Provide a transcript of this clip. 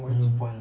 (uh huh)